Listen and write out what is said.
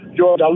George